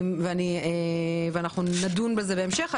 אנחנו נדון בזה בהמשך.